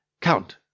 Count